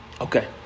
okay